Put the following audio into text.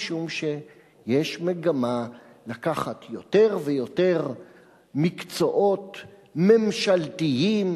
משום שיש מגמה לקחת יותר ויותר מקצועות ממשלתיים,